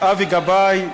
אבי גבאי,